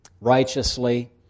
righteously